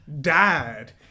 died